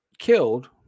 Killed